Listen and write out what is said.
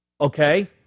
Okay